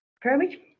permit